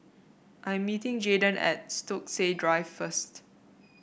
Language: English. I am meeting Jayden at Stokesay Drive first